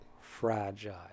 Fragile